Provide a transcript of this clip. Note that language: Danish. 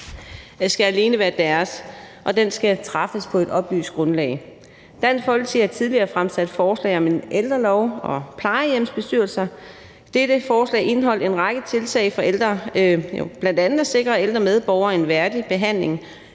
skal alene være deres beslutning, og den skal træffes på et oplyst grundlag. Dansk Folkeparti har tidligere fremsat forslag om en ældrelov og plejehjemsbestyrelser. Dette forslag indeholdt en række tiltag for ældre, bl.a. at sikre ældre medborgere en værdig behandling,